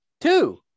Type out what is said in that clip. Two